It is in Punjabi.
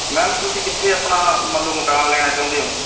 ਮੈਮ ਤੁਸੀਂ ਕਿੱਥੇ ਆਪਣਾ ਮਤਲਬ ਮਕਾਨ ਲੈਣਾ ਚਾਹੁੰਦੇ ਹੋ